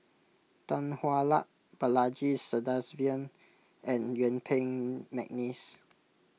Tan Hwa Luck Balaji Sadasivan and Yuen Peng McNeice